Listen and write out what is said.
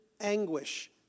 anguish